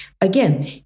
again